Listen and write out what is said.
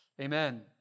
Amen